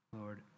Lord